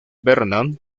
bernard